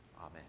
Amen